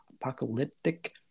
apocalyptic